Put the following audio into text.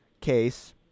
case